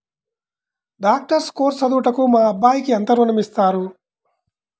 Doctor course చదువుటకు మా అబ్బాయికి ఎంత ఋణం ఇస్తారు?